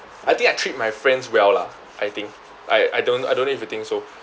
I think I treat my friends well lah I think I I don't I don't know if you think so